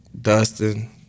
Dustin